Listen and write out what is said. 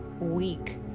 week